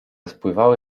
spływały